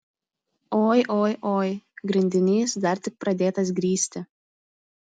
oi oi oi grindinys dar tik pradėtas grįsti